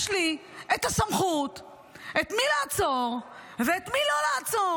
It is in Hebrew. יש לי את הסמכות את מי לעצור ואת מי לא לעצור.